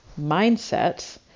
mindset